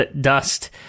Dust